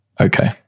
Okay